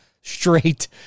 straight